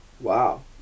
Wow